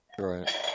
right